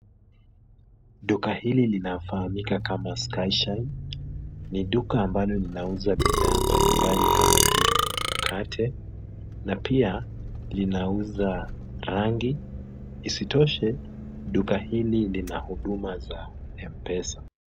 Duka hili linafahamika kama Skyshine. Ni duka ambalo linauza bidhaa mbalimbali kama vile mkate na pia linauza rangi. Isitoshe, duka hili lina huduma za M-Pesa.